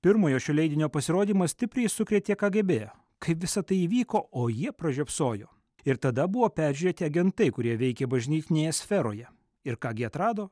pirmojo šio leidinio pasirodymas stipriai sukrėtė kgb kaip visa tai įvyko o jie pražiopsojo ir tada buvo peržiūrėti agentai kurie veikė bažnytinėje sferoje ir ką gi atrado